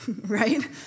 right